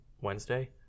Wednesday